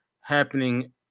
happening